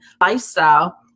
lifestyle